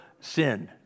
sin